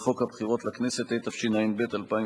שהיה אמון על הטיפול בחוק שאישרנו לפני דקות